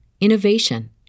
innovation